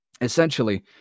Essentially